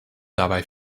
dabei